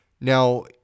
now